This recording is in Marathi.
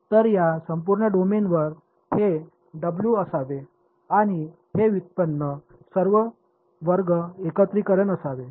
तर या संपूर्ण डोमेनवर हे डब्ल्यू असावे आणि हे व्युत्पन्न वर्ग एकत्रीकरण असावे